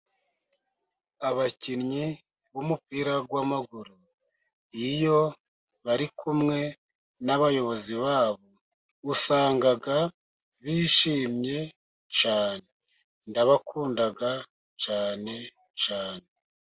Abakinnyi b'umupira w'amaguru iyo bari kumwe n'abayobozi babo usanga bishimye cyane ndabakunda cyane cyane.